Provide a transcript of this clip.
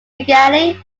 bengali